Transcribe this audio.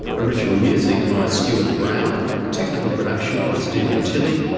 original music by stuart brown, technical production by stephen tilley,